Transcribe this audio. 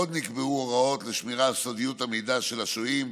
עוד נקבעו הוראות לשמירה על סודיות המידע על השוהים,